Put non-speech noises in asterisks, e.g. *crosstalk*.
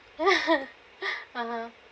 *laughs* mmhmm